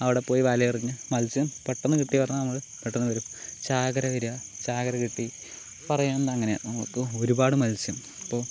അവടെ പോയി വല എറിഞ്ഞ് മത്സ്യം പെട്ടന്ന് കിട്ടി പറഞ്ഞാൽ നമ്മള് പെട്ടന്ന് വരും ചാകര വരുക ചാകര കിട്ടി പറയുന്നതങ്ങനെയാണ് നമ്മളിപ്പോൾ ഒരുപാട് മത്സ്യം ഇപ്പോൾ